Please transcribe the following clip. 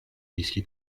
dischi